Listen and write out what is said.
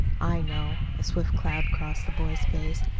i know. a swift cloud crossed the boy's face.